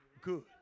good